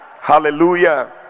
hallelujah